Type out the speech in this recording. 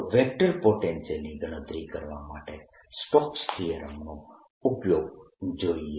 તો વેક્ટર પોટેન્શિયલની ગણતરી કરવા માટે સ્ટોક્સ થીયરમનો ઉપયોગ જોઈએ